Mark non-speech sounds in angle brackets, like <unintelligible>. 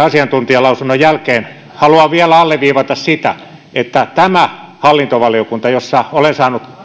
<unintelligible> asiantuntijalausunnon jälkeen haluan vielä alleviivata sitä että tämä hallintovaliokunta jossa olen saanut